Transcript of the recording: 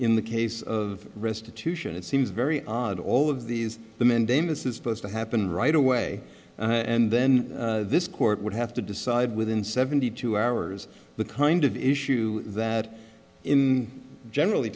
in the case of restitution it seems very odd all of these the mandamus is supposed to happen right away and then this court would have to decide within seventy two hours the kind of issue that in generally